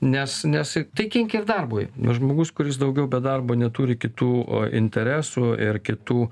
nes nes tai kenkia ir darbui žmogus kuris daugiau be darbo neturi kitų interesų ir kitų